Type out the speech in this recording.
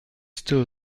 still